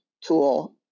tool